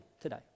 today